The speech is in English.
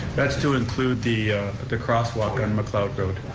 that's to include the the crosswalk on macleod road.